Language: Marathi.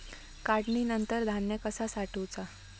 काढणीनंतर धान्य कसा साठवुचा?